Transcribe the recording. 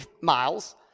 miles